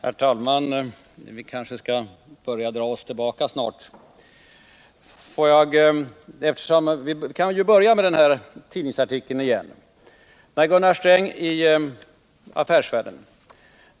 Herr talman! Vi kanske skall dra oss tillbaka snart. Jag måste emellertid dessförinnan åter ta upp tidningsartikeln i Affärsvärlden.